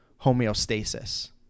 homeostasis